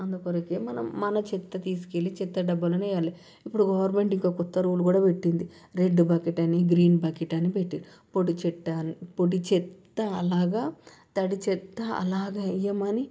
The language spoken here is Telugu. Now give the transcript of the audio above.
అందుకొరకే మనం మన చెత్త తీసుకెళ్ళి చెత్త డబ్బాలోనే వేయాలి ఇప్పుడు గవర్నమెంట్ ఇంకో కొత్త రూల్ కూడా పెట్టింది రెడ్ బకెట్ అని గ్రీన్ బకెట్ అని పెట్టారు పొడి చెత్త పొడి చెత్త అలాగా తడి చెత్త అలాగా వేయమని